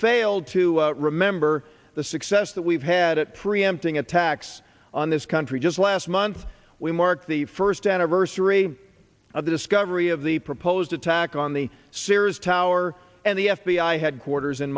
fail to remember the success that we've had at preempting attacks on this country just last month we marked the first anniversary of the discovery of the proposed attack on the sears tower and the f b i headquarters in